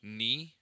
Knee